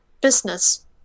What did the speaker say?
business